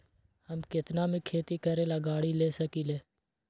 हम केतना में खेती करेला गाड़ी ले सकींले?